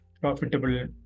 profitable